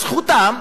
אז זכותם,